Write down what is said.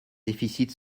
déficits